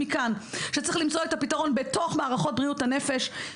מכאן: צריך למצוא את הפתרון בתוך מערכות בריאות הנפש.